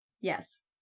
Yes